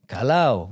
Kalau